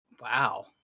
Wow